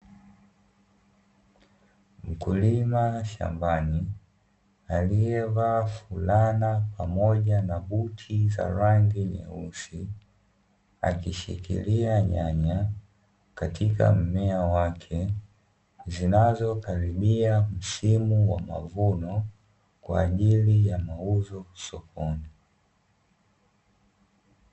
Mkulima shambani aliyevaa fulana pamoja na buti za rangi nyeusi, akishikilia nyanya katika mmea wake zinazokaribia msimu wa mavuno kwa ajili ya mauzo sokoni.